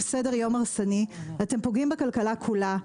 סדר יום הרסני אתם פוגעים בכלכלה כולה,